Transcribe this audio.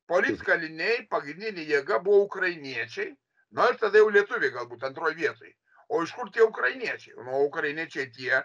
politkaliniai pagrindinė jėga buvo ukrainiečiai na ir tada jau lietuviai galbūt antroj vietoj o iš kur tie ukrainiečiai nu ukrainiečiai tie